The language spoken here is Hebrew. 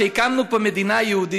שהקמנו פה מדינה יהודית,